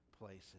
places